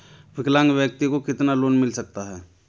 विकलांग व्यक्ति को कितना लोंन मिल सकता है?